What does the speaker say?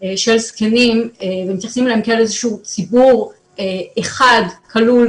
של זקנים ומתייחסים אליהם כאל איזה שהוא ציבור אחד כלול,